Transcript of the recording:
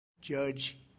Judge